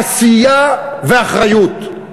עשייה ואחריות.